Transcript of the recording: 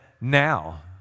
now